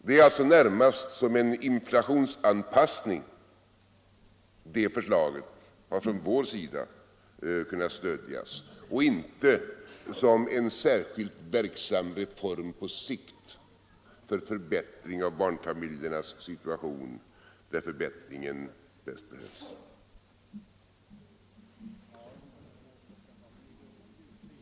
Det är alltså närmast som en inflationsanpassning det förslaget har kunnat stödjas från vår sida och inte som en särskilt verksam reform på sikt för förbättring av barnfamiljernas situation, där förbättringen bäst behövs.